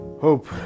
Hope